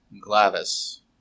Glavis